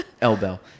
elbow